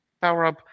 power-up